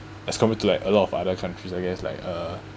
as compared to like a lot of other countries I guess like uh